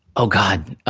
oh, god,